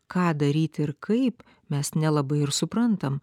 ką daryti ir kaip mes nelabai ir suprantam